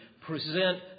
present